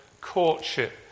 courtship